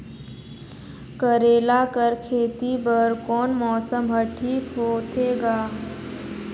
करेला कर खेती बर कोन मौसम हर ठीक होथे ग?